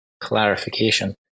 clarification